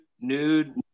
nude